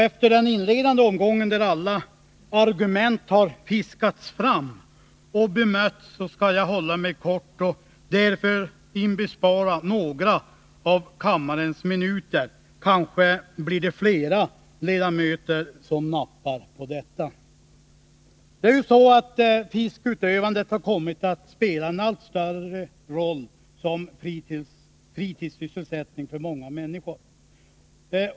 Efter den inledande omgången, då alla argument har fiskats fram och bemötts, skall jag nu fatta mig kort för att spara några minuter av kammarens tid — kanske kommer andra ledamöter att nappa på detta. Fiskeutövandet har kommit att spela en allt större roll som fritidssysselsättning för många människor.